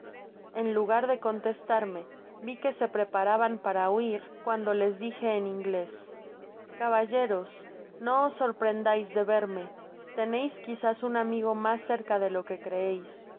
en lugar de contestarme vi que se preparaban para hnir cuando les dije en inglés caballeros no os sorprendais de verme teneis quizás un amigo mas cerca de jo que creeis